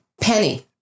Penny